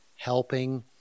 helping